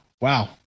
Wow